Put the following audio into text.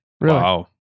wow